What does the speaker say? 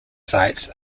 sites